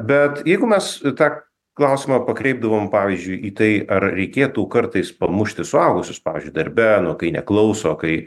bet jeigu mes tą klausimą pakreipdavom pavyzdžiui į tai ar reikėtų kartais pamušti suaugusius pavyzdžiui darbe nu kai neklauso kai